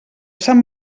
sant